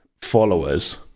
followers